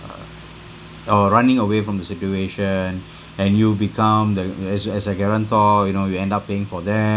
or running away from the situation and you'll become the as as a guarantor you know you end up paying for them